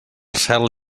cel